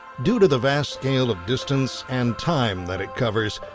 due to the vast scale of distance and time that it covers,